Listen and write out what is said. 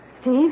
Steve